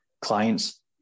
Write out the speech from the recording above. clients